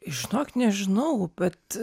žinok nežinau bet